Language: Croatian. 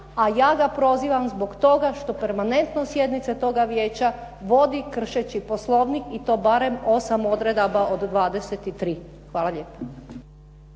A ja ga prozivam zbog toga što … /Govornik se ne razumije./ … sjednice toga vijeća kršeći Poslovnik i to barem 8 odredaba od 23. Hvala lijepa.